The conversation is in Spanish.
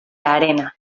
arena